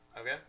Okay